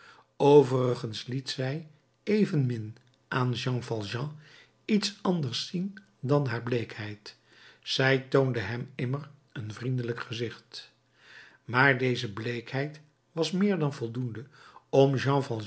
overigens liet zij evenmin aan jean valjean iets anders zien dan haar bleekheid zij toonde hem immer een vriendelijk gezicht maar deze bleekheid was meer dan voldoende om